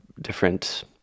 different